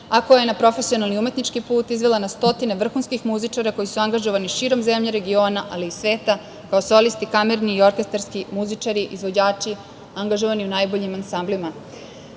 a koja je na profesionalni, umetnički put izvela na stotine vrhunskih muzičara koji su angažovani širom zemlje, regiona, ali i sveta kao solisti kamerni i orkestarski, muzičari, izvođači, angažovani u najboljim ansamblima. Ne